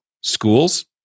schools